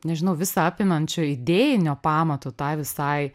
nežinau visa apimančio idėjinio pamato tai visai